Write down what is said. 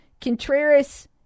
Contreras